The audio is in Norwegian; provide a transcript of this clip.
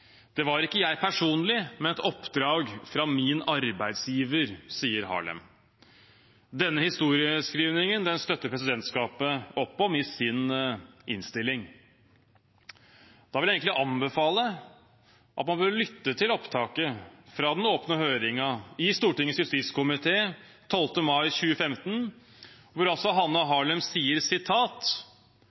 var ikke jeg personlig, men et oppdrag fra min arbeidsgiver», sier hun. Denne historieskrivningen støtter presidentskapet opp om i sin innstilling. Da vil jeg anbefale at man lytter til opptaket fra den åpne høringen i Stortingets justiskomité den 12. mai 2015, hvor Hanne Harlem sier: